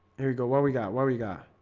here we go what we got what we got